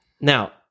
now